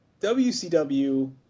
WCW